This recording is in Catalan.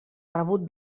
rebut